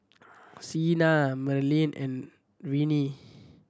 Sena Merlene and Renee